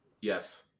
yes